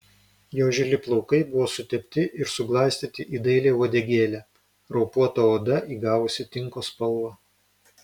jo žili plaukai buvo sutepti ir suglaistyti į dailią uodegėlę raupuota oda įgavusi tinko spalvą